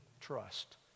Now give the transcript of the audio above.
trust